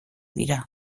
dira